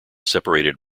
separated